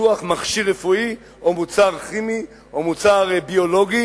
בפיתוח מכשיר רפואי או מוצר כימי או מוצר ביולוגי